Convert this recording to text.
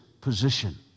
position